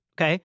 Okay